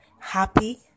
happy